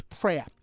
prayer